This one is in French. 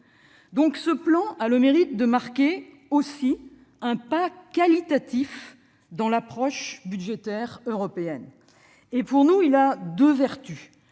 Ce plan a donc le mérite de marquer un pas qualitatif dans l'approche budgétaire européenne. Pour nous, il a deux vertus.